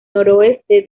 noroeste